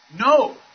No